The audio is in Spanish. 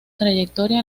trayectoria